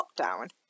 lockdown